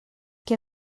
què